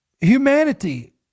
humanity